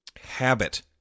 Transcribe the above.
habit